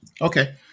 Okay